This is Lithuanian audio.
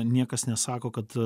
niekas nesako kad